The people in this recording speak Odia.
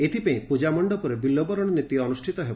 ଏଥିପାଇଁ ପ୍ରଜା ମଣ୍ଡପରେ ବିଲ୍ୱବରଣ ନୀତି ଅନୁଷ୍ଠିତ ହେବ